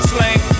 Slang